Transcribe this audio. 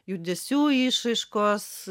judesių išraiškos